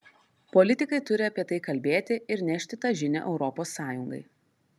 politikai turi apie tai kalbėti ir nešti tą žinią europos sąjungai